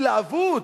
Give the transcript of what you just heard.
התלהבות